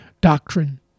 doctrine